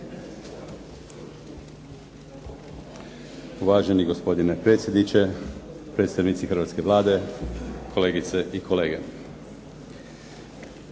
Uvaženi gospodine predsjedniče, predstavnici hrvatske Vlade, kolegice i kolege.